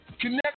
connect